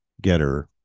Getter